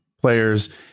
players